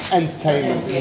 entertainment